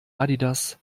adidas